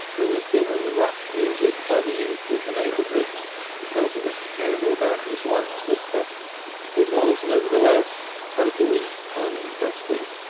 who was given rough music by the youth of the neighbourhood because of a scandal about his wife's sister, and who was nevertheless totally uninteresting,